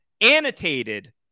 annotated